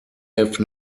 have